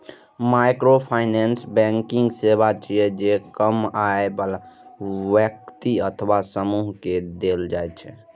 microfinance banking सेवा छियै, जे कम आय बला व्यक्ति अथवा समूह कें देल जाइ छै